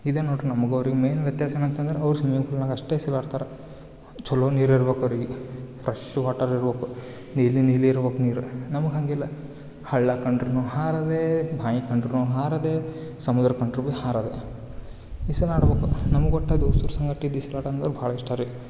ಇದೆ ನೋಡಿರಿ ನಮ್ಗೆ ಅವ್ರಿಗೆ ಮೈನ್ ವ್ಯತ್ಯಾಸ ಏನಂತಂದರೆ ಅವ್ರು ಸ್ವಿಮಿಂಗ್ ಫೂಲ್ನಾಗೆ ಅಷ್ಟೇ ಸ್ವಿಮಿಂಗ್ ಆಡ್ತಾರೆ ಚಲೊ ನೀರು ಇರ್ಬೇಕು ಅವರಿಗೆ ಫ್ರಶ್ ವಾಟರ್ ಇರ್ಬೇಕು ನೀಲಿ ನೀಲಿ ಇರ್ಬೇಕು ನೀರು ನಮ್ಗೆ ಹಂಗಿಲ್ಲ ಹಳ್ಳ ಕಂಡ್ರು ಹಾರೋದೇ ಬಾವಿ ಕಂಡ್ರು ಹಾರೋದೇ ಸಮುದ್ರ ಕಂಡ್ರು ಹಾರೋದೆ ಈಜಾಡ್ಬಕು ನಮ್ಗೆ ಒಟ್ಟು ಅದು ಭಾಳ ಇಷ್ಟ ರೀ